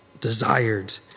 desired